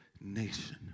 nation